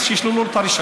אז שישללו לו את הרישיון.